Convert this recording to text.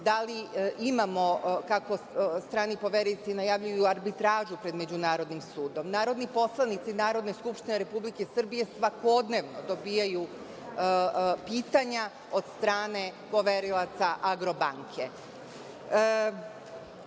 Da li imamo, kako strani poverioci najavljuju, arbitražu pred međunarodnim sudom? Narodni poslanici Narodne skupštine Republike Srbije svakodnevno dobijaju pitanja od strane poverilaca Agrobanke. Takođe,